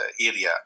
area